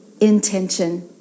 intention